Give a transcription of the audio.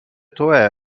توئه